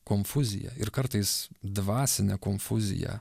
konfuziją ir kartais dvasinę konfuziją